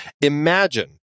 Imagine